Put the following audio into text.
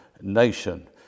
nation